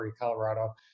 Colorado